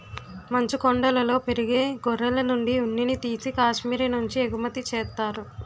మంచుకొండలలో పెరిగే గొర్రెలనుండి ఉన్నిని తీసి కాశ్మీరు నుంచి ఎగుమతి చేత్తారు